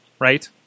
right